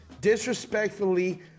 disrespectfully